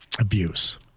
abuse